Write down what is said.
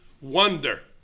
wonder